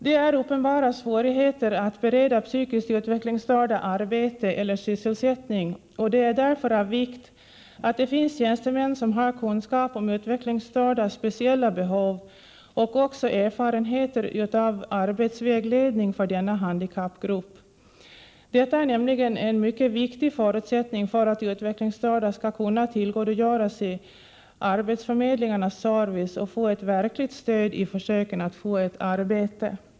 Det är uppenbara svårigheter att bereda psykiskt utvecklingsstörda arbete eller sysselsättning, och det är därför av vikt att det finns tjänstemän som har kunskap om utvecklingsstördas speciella behov och också erfarenheter av arbetsvägledning för denna handikappgrupp. Detta är nämligen en mycket viktig förutsättning för att utvecklingsstörda skall kunna tillgodogöra sig arbetsförmedlingarnas service och få ett verkligt stöd i försöken att få ett arbete.